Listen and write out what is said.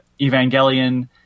Evangelion